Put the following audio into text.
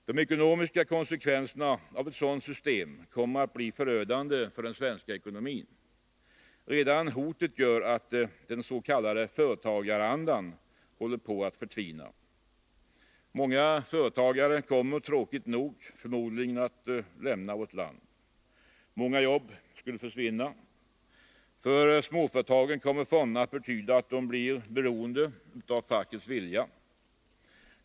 De ekonomiska konsekvenserna av ett sådant system kommer att bli förödande för den svenska ekonomin. Redan hotet gör att den s.k. företagarandan håller på att förtvina. Många företagare kommer förmodligen, tråkigt nog, att lämna vårt land. Många jobb skulle försvinna. För småföretagen kommer fonderna att betyda att de blir beroende av fackets vilja.